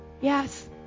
Yes